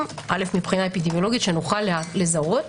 אל"ף מבחינה אפידמיולוגית שנוכל לזהות,